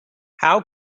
how